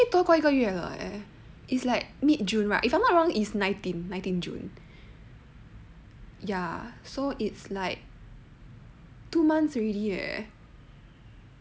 多过一个月了 eh it's like mid june right if I'm not wrong is nineteen june ya so it's like two months already eh